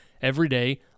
Everyday